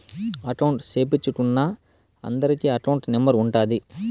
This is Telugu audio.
అకౌంట్ సేపిచ్చుకున్నా అందరికి అకౌంట్ నెంబర్ ఉంటాది